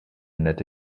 nette